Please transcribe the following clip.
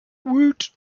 woot